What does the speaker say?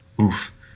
oof